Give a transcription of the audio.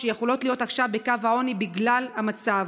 שיכולות להיות עכשיו בקו העוני בגלל המצב.